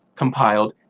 compiled,